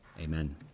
Amen